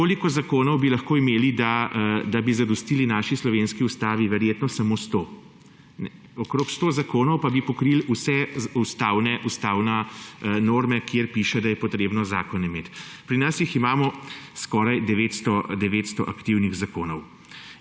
Koliko zakonov bi lahko imeli, da bi zadostili naši slovenski ustavi. Verjetno samo sto. Okoli 100 zakonov pa bi pokrili vse ustavne norme, kjer piše, da je treba imeti zakon. Pri nas imamo skoraj 900 aktivnih zakonov.